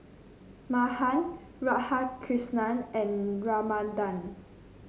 Mahan Radhakrishnan and Ramanand